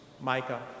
Micah